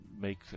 make